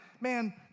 man